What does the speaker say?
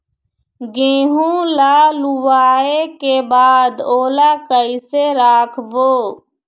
गेहूं ला लुवाऐ के बाद ओला कइसे राखबो?